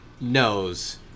knows